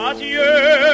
Adieu